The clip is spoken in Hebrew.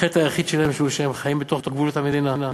החטא היחיד שלהם הוא שהם חיים בתוך גבולות המדינה.